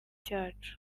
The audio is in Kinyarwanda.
cyacu